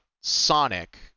sonic